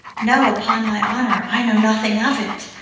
no, upon my honor, i know nothing of it!